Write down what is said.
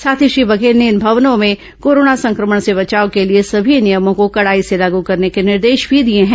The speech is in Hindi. साथ ही श्री बघेल ने इन भवनों में कोरोना संक्रमण से बचाव के लिए सभी नियमों को कडाई से लागू करने के निर्देश भी दिए हैं